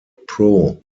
pro